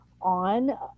on